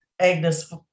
Agnes